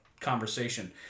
conversation